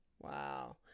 Wow